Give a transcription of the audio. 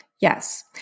Yes